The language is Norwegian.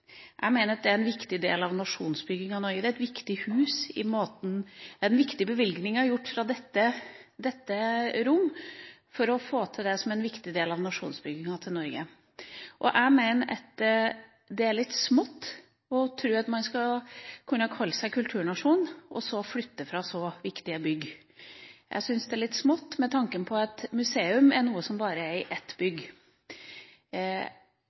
er en viktig del i nasjonsbygginga av Norge – det er et viktig hus, det er en viktig bevilgning som har vært gitt fra dette rom for å få til denne viktige delen i nasjonsbygginga av Norge. Det er litt smått å tro at man skal kunne kalle seg en kulturnasjon og så flytte fra så viktige bygg. Det er litt smått med tanke på at et museum er noe som bare er i ett